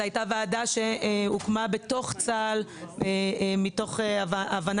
זו היתה ועדה שהוקמה בתוך צה"ל מתוך הבנה